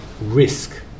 risk